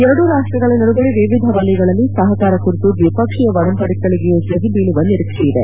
ಎರಡೂ ರಾಷ್ಷಗಳ ನಡುವೆ ವಿವಿಧ ವಲಯಗಳಲ್ಲಿ ಸಹಕಾರ ಕುರಿತು ದ್ವಿಪಕ್ಷೀಯ ಒಡಂಬಡಿಕೆಗಳಿಗೆ ಸಹಿ ಬೀಳುವ ನಿರೀಕ್ಷೆಯಿದೆ